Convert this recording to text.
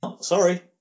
sorry